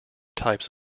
types